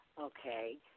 Okay